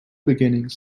beginnings